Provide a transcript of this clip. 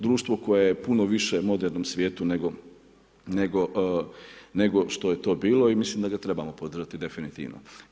Društvo koje je puno više u modernom svijetu nego što je to bilo i mislim da ga trebamo podržati definitivno.